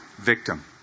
victim